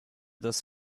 das